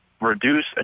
reduce